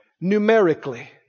numerically